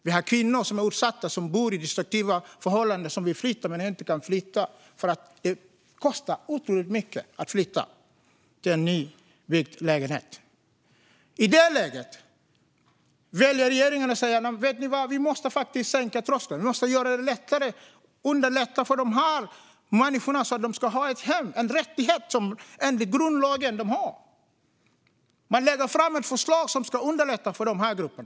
Vi har utsatta kvinnor som är i destruktiva förhållanden och vill flytta men som inte kan göra detta därför att det kostar otroligt mycket att flytta till en nybyggd lägenhet. I detta läge väljer regeringen att säga att vi måste sänka tröskeln och underlätta för dessa människor så att de ska ha ett hem, som de har rätt till enligt grundlagen. Man lägger fram ett förslag som ska underlätta för dessa grupper.